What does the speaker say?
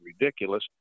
ridiculous